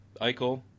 Eichel